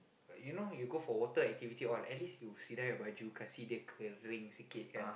you know you go for water activity all at least you sidai your baju kasih dia kering sikit kan